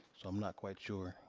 so i'm not quite sure.